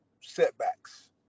setbacks